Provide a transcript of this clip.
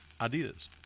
ideas